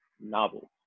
novels